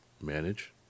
manage